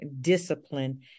discipline